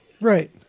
Right